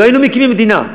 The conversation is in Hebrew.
לא היינו מקימים מדינה,